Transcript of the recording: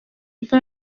nka